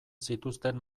zituzten